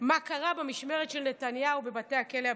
מה קרה במשמרת של נתניהו בבתי הכלא הביטחוניים.